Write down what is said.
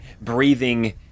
breathing